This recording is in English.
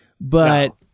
but-